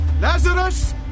Lazarus